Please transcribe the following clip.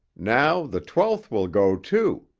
now the twelfth will go, too.